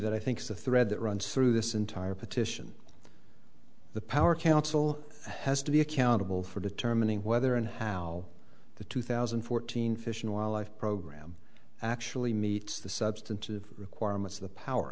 that i think the thread that runs through this entire petition the power council has to be accountable for determining whether and how the two thousand and fourteen fish and wildlife program actually meets the substantive requirements of the power